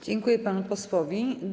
Dziękuję panu posłowi.